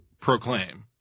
proclaim